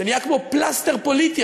זה נהיה כמו פלסטר פוליטי,